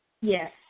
Yes